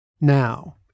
Now